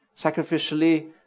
sacrificially